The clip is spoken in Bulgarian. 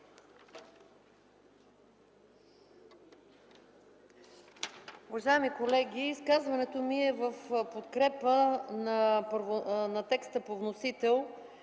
Благодаря,